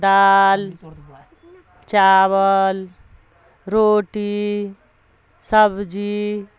دال چاول روٹی سبزی